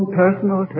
personal